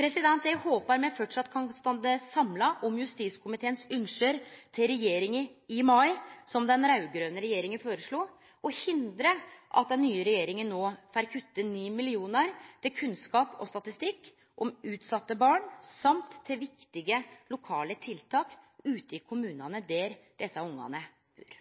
Eg håpar me framleis kan stå samla om justiskomiteens ynske til regjeringa i mai som den raud-grøne regjeringa føreslo, og hindre at den nye regjeringa no får kutte 9 mill. kr i kunnskap og statistikk om utsette barn og dessutan i viktige lokale tiltak ute i kommunane der barna bur.